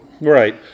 right